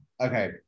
Okay